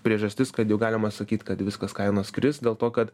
priežastis kad jau galima sakyt kad viskas kainos kris dėl to kad